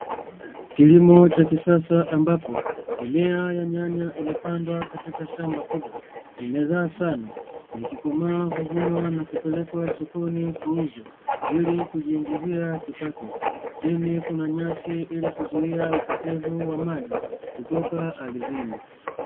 Kilimo cha kisasa ambapo mimea ya nyanya, imepandwa katika shamba kubwa imezaa sana zikikomaa huvunwa na kupelekwa sokoni kuuzwa ili kujiongezea kipato chini kuna nyasi, ili kuzuia upofezevu wa maji kutoka ardhini.